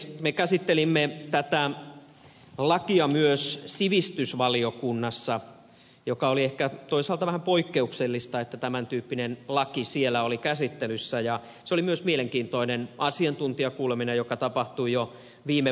me käsittelimme tätä lakia myös sivistysvaliokunnassa mikä oli ehkä toisaalta vähän poikkeuksellista että tämän tyyppinen laki siellä oli käsittelyssä ja oli myös mielenkiintoinen asiantuntijakuuleminen joka tapahtui jo viime vuonna